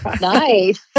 Nice